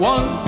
One